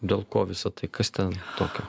dėl ko visa tai kas ten tokio